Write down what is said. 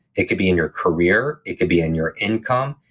it could be in your career, it could be in your income,